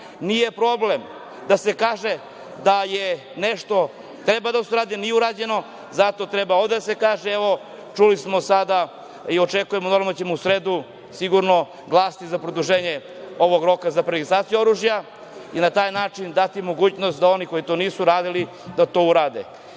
problem da se kaže da nešto treba da se uradi, a nije urađeno, zato treba ovde da se kaže. Evo, čuli smo sada i očekujemo da ćemo u sredu sigurno glasati za produženje ovog roka za preregistraciju oružja i na taj način dati mogućnost da oni koji to nisu uradili to urade. Ja